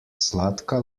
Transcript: sladka